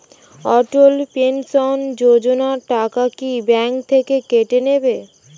অটল pension Yojana টাকা কি bank থেকে কেটে নেবে?